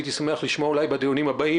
והייתי שמח לשמוע אולי בדיונים הבאים,